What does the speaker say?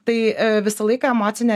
tai visą laiką emocinė